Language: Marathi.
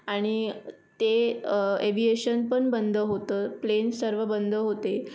आणि ते एव्हीएशन पण बंद होतं प्लेन सर्व बंद होते